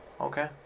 okay